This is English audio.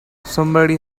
somebody